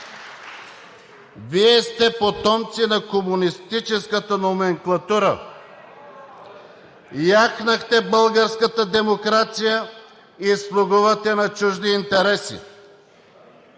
Вие сте потомци на комунистическата номенклатура, яхнахте българската демокрация и слугувате на чужди интереси.